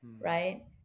right